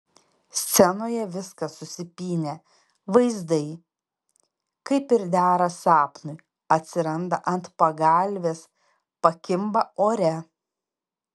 scenoje viskas susipynę vaizdai kaip ir dera sapnui atsiranda ant pagalvės pakimba ore